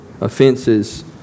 Offenses